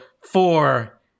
four